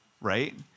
right